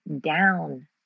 down